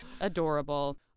Adorable